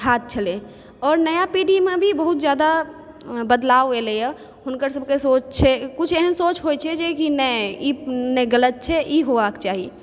हुनके ही हाथ छलै आओर नया पीढ़ीमे भी बहुत जादा बदलाव एलै यऽ हुनकर सबके सोच छै किछु एहन छै जे कि नहि ई चीज गलत छै ई होबाक चाही